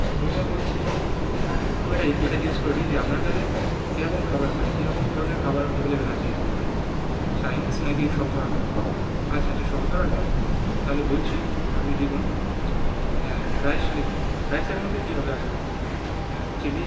তো প্রথমে বলছি অ্যাঁ প্রথমে এটা জিজ্ঞেস করে নিই যে আপনার কাছে কীরকম খাবার মানে কীরকম ধরনের খাবার এভেলেবেল আছে এর মধ্যে চাইনিজ নাকি সব ধরনের আচ্ছা আচ্ছা সব ধরনের তাহলে বলছি আপনি লিখুন হ্যাঁ রাইস লিখুন রাইসের মধ্যে কী হবে আগে বলুন হ্যাঁ চিলি